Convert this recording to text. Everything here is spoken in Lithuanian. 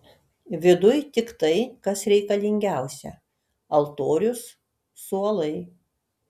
viduj tik tai kas reikalingiausia altorius suolai